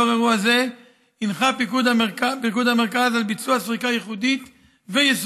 לנוכח אירוע זה הנחה פיקוד המרכז על ביצוע סריקה ייחודית ויסודית,